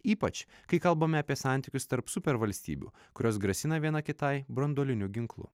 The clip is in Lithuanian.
ypač kai kalbame apie santykius tarp supervalstybių kurios grasina viena kitai branduoliniu ginklu